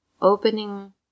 opening